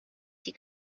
die